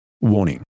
Warning